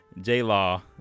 J-Law